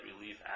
relief